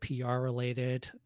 PR-related